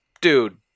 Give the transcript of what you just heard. dude